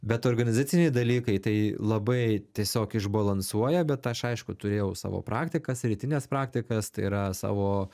bet organizaciniai dalykai tai labai tiesiog išbalansuoja bet aš aišku turėjau savo praktikas rytines praktikas tai yra savo